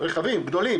רכבים גדולים,